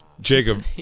Jacob